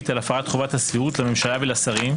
על הפרת חובת הסבירות לממשלה ולשרים,